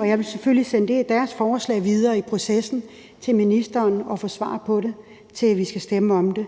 Jeg vil selvfølgelig sende deres forslag videre i processen til ministeren og få svar på det, inden vi skal stemme om det.